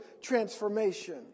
transformation